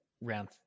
round